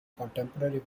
contemporary